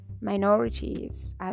minorities